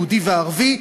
היהודי והערבי,